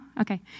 Okay